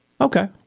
Okay